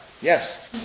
Yes